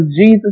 Jesus